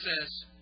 says